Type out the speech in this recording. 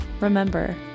Remember